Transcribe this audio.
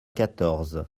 quatorze